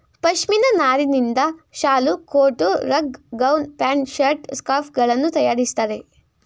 ಪಶ್ಮಿನ ನಾರಿನಿಂದ ಶಾಲು, coat, rug, gown, pant, shirt, scarf ಗಳನ್ನು ತರಯಾರಿಸ್ತರೆ